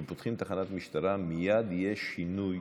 כשפותחים תחנת משטרה מייד יש שינוי,